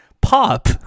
Pop